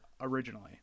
originally